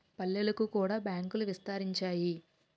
పల్లెలకు కూడా బ్యాంకులు విస్తరించాయి